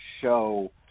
show